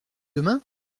demain